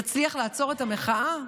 תצליח לעצור את המחאה?